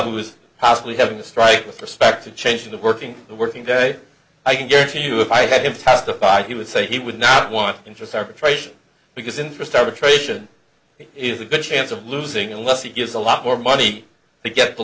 was possibly having to strike with respect to change the working the working day i can guarantee you if i have testified he would say he would not want interest arbitration because interest arbitration is a good chance of losing unless he gives a lot more money to get the